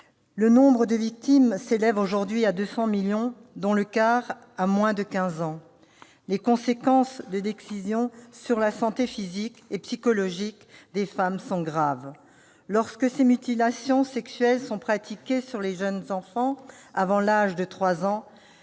Le nombre de victimes s'élève aujourd'hui à 200 millions, dont le quart a moins de 15 ans. Les conséquences de l'excision sur la santé physique et psychologique des femmes sont graves. Lorsque ces mutilations sexuelles sont pratiquées sur de jeunes enfants, avant l'âge de 3 ans,